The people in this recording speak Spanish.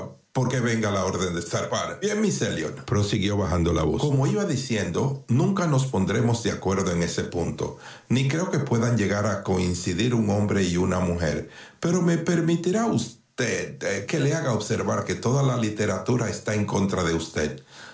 venga la orden de zarpar bien miss elliotprosiguió bajando la voz como iba diciendo nunca nos pondremos de acuerdo en ese punto ni creo que puedan llegar a coincidir un hombre y una mujer pero me permitirá usted que le haga observar que toda la literatura está en contra de